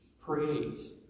creates